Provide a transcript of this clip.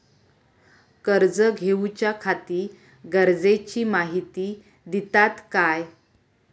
कर्ज घेऊच्याखाती गरजेची माहिती दितात काय?